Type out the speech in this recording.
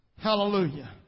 Hallelujah